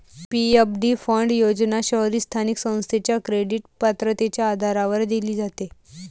PFD fund योजना शहरी स्थानिक संस्थेच्या क्रेडिट पात्रतेच्या आधारावर दिली जाते